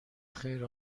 خیر